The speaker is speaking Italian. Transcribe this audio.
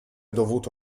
dovuto